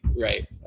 right